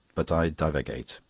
but i divagate.